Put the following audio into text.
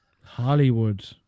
Hollywood